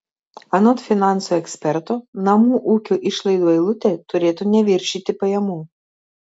anot finansų eksperto namų ūkio išlaidų eilutė turėtų neviršyti pajamų